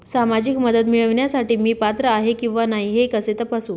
सामाजिक मदत मिळविण्यासाठी मी पात्र आहे किंवा नाही हे कसे तपासू?